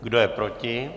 Kdo je proti?